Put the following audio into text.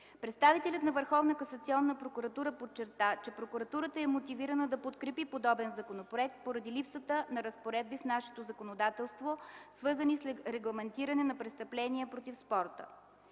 прокуратура подчерта, че прокуратурата е мотивирана да подкрепи подобен законопроект поради липсата на разпоредби в нашето законодателство, свързани с регламентиране на престъпления против спорта.